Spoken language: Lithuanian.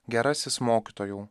gerasis mokytojau